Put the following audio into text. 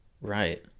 Right